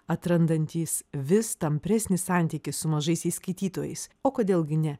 atrandantys vis tampresnį santykį su mažaisiais skaitytojais o kodėl gi ne